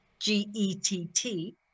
G-E-T-T